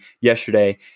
yesterday